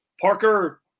Parker –